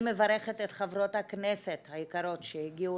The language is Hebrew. אני מברכת את חברות הכנסת היקרות שהגיעו